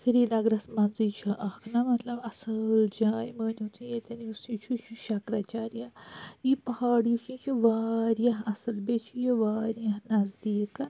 سِری نَگرَس منٛزٕے چھِ اَکھ نا مَطلَب اَصٕل جاے مٲنِو تُہۍ ییٚتٮ۪ن یُس یہِ چھُ یہِ چھُ شَنکَر اَچارِیا یہٕ پَہاڑ یُس یہِ چھُ یہِ چھُ وارِیَاہ اَصٕل بیٚیہِ چھُ یہِ وارِیَاہ نَزدیک